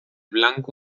blanco